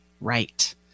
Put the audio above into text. right